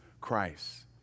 Christ